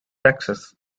texas